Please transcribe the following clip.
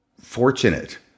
fortunate